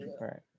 right